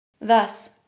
Thus